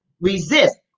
resist